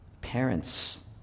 parents